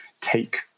take